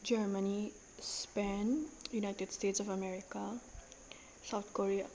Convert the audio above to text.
Germany Spain United States of America South Korea